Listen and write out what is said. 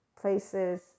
places